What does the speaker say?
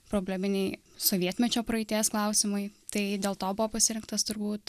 probleminiai sovietmečio praeities klausimai tai dėl to buvo pasirinktas turbūt